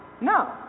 No